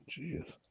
Jeez